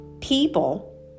people